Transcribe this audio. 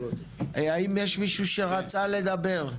האם יש מישהו שרצה לדבר?